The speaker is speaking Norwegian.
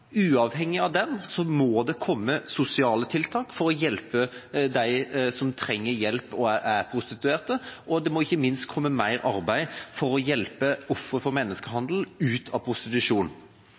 Uavhengig av den må det komme sosiale tiltak for å hjelpe dem som trenger hjelp, og som er prostituerte. Og det må ikke minst komme mer arbeid for å hjelpe ofre for menneskehandel ut av prostitusjon.